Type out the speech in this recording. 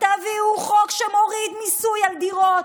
תביאו חוק שמוריד מיסוי על דירות,